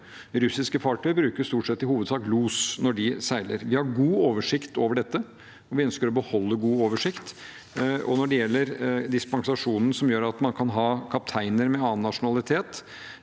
Russiske fartøy bruker stort sett, i hovedsak, los når de seiler. Vi har god oversikt over dette, og vi ønsker å beholde god oversikt. Når det gjelder dispensasjonen som gjør at man kan ha kapteiner med annen nasjonalitet,